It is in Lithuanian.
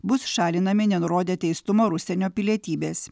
bus šalinami nenurodę teistumo ir užsienio pilietybės